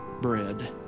bread